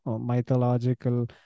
mythological